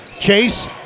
Chase